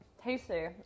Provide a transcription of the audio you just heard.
Tasty